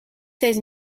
seize